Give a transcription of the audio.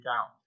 out